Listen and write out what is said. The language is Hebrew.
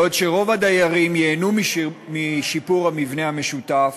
בעוד רוב הדיירים ייהנו משיפור המבנה המשותף,